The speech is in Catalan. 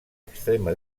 extrema